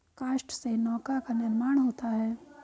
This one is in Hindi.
काष्ठ से नौका का निर्माण होता है